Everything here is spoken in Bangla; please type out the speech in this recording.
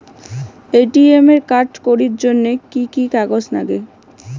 এ.টি.এম কার্ড করির জন্যে কি কি কাগজ নাগে?